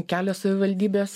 kelios savivaldybės